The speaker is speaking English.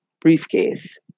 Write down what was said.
briefcase